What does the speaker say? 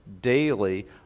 daily